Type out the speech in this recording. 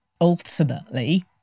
ultimately